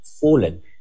fallen